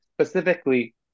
specifically